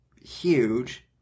huge